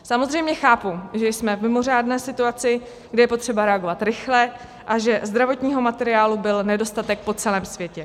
Samozřejmě chápu, že jsme v mimořádné situaci, kdy je potřeba reagovat rychle, a že zdravotního materiálu byl nedostatek po celém světě.